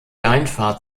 einfahrt